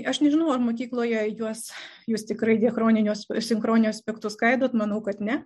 aš nežinau ar mokykloje juos jūs tikrai diachroniniu sinchroniniu aspektu skaidot manau kad ne